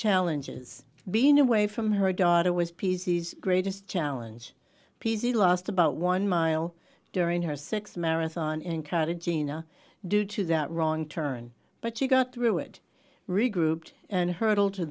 challenges being away from her daughter was pc's greatest challenge p z lost about one mile during her six marathon in cartagena due to that wrong turn but she got through it regrouped and hurdle to